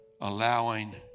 allowing